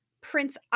Prince